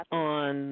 on